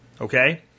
Okay